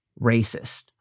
racist